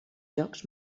jocs